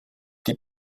die